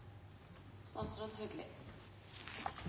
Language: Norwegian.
statsråd,